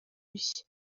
bishya